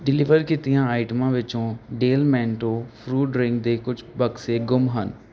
deliver ਕੀਤੀਆਂ ਆਈਟਮਾਂ ਵਿੱਚੋਂ ਡੇਲ ਮੈਂਟੋ ਫਰੂਟ ਡਰਿੰਕ ਦੇ ਕੁਛ ਬਕਸੇ ਗੁੰਮ ਹਨ